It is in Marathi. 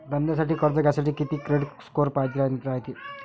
धंद्यासाठी कर्ज घ्यासाठी कितीक क्रेडिट स्कोर पायजेन रायते?